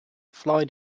fly